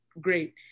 great